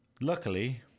Luckily